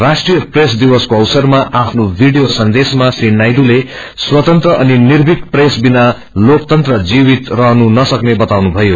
राष्ट्रिय प्रेस दिवसको अवसरमा आफ्नो भिडियो सन्देश्मा श्री सनायडूले स्वतन्त्र अनि निर्थीक प्रेस विना लोकतन्त्र जीवित रहनु नसक्ने बताउनुभयो